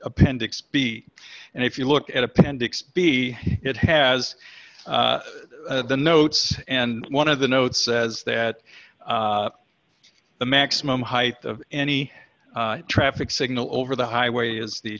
appendix b and if you look at appendix b it has the notes and one of the notes says that the maximum height of any traffic signal over the highway is the